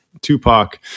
Tupac